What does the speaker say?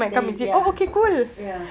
ya ya ya